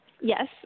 Yes